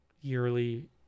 yearly